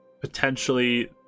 potentially